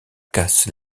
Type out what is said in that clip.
casse